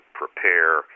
prepare